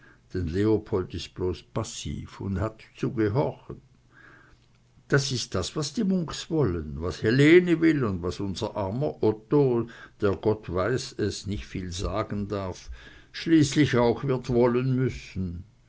leopold ist bloß passiv und hat zu gehorchen das ist das was die munks wollen was helene will und was unser armer otto der gott weiß es nicht viel sagen darf schließlich auch wird wollen müssen